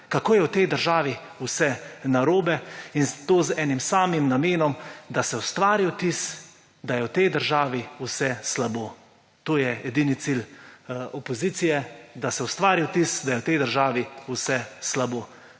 kako je v tej državi vse narobe. In to z enim samim namenom, da se ustvari vtis, da je v tej državi vse slabo. To je edini cilj opozicije, da se ustvari vtis, da je v tej državi vse slabo.